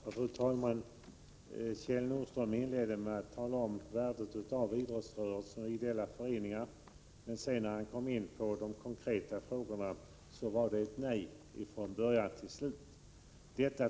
Fru talman! Kjell Nordström inledde med att tala om idrottsrörelsens och ideella föreningars värde, men när han sedan kom in på de konkreta frågorna var det nej från början till slut.